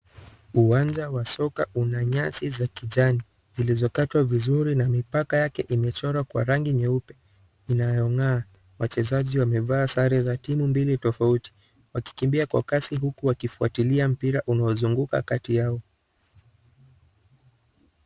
Uwanja wa soka una nyasi za kijani zilizo katwa vizuri na mipaka yake imechorwa kwa rangi nyeupe inayo ngaa wachezaji wamevaa sare za timu mbili tofauti wakikimbia kwa kasi huku wakifuatilia mpira unaozunguka kati yao.